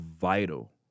vital